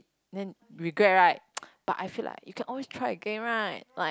then regret right but I feel like you can always try again right like